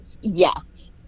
Yes